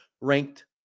Ranked